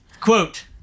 Quote